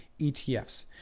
ETFs